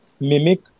mimic